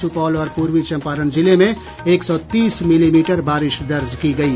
सुपौल और पूर्वी चंपारण जिले में एक सौ तीस मिलीमीटर बारिश दर्ज की गयी